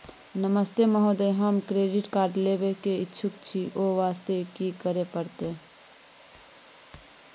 नमस्ते महोदय, हम credit card लेबे के इच्छुक छि ओ वास्ते की करै परतै?